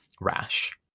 rash